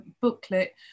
booklet